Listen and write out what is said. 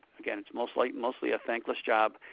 again, it's mostly mostly a thankless job,